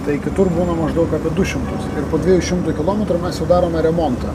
tai kitur būna maždaug apie du šimtus po dviejų šimtų kilometrų mes jau darome remontą